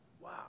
Wow